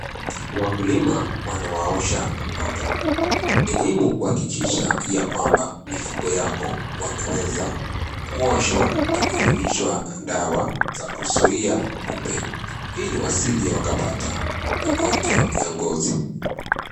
Wakulima wanawaosha ng'ombe, ni muhimu kuhakikisha ya kwamba mifugo yako wameweza kuoshwa na kunyunyishwa dawa za kuzuia kupe, ili wasije wakapata magonjwa ya ngozi.